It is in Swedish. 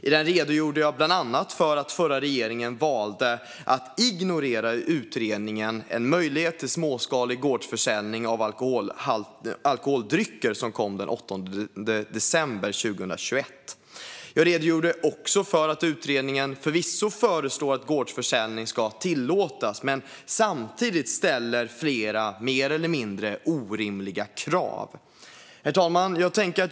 I den redogjorde jag bland annat för att den förra regeringen valde att ignorera utredningen En möjlighet till småskalig gårdsförsäljning av alkoholdrycker , som kom den 8 december 2021. Jag redogjorde också för att utredningen förvisso föreslår att gårdsförsäljning ska tillåtas men samtidigt ställer flera mer eller mindre orimliga krav. Herr talman!